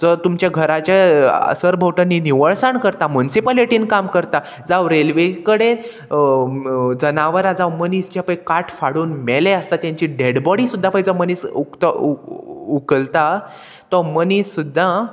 जो तुमच्या घराच्या सरभोंवटणी निवळसाण करता मुन्सिपालिटीन काम करता जावं रेल्वे कडेन जनावरां जावं मनीस जे पय काट फाडून मेले आसता तेंची डेड बॉडी सुद्दां पय जो मनीस उकतो उकलता तो मनीस सुद्दां